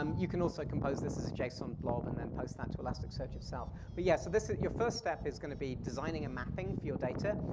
um you can also compose this as a json blob and then post that to elasticsearch itself. but yeah, so this is, your first step is gonna be designing a mapping for your data.